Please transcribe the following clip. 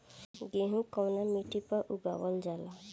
गेहूं कवना मिट्टी पर उगावल जाला?